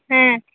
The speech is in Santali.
ᱦᱮᱸ